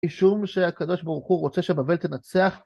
אישום שהקדוש ברוך הוא רוצה שבבל תנצח.